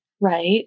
right